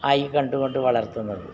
ആയി കണ്ടു കൊണ്ട് വളർത്തുന്നത്